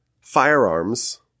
firearms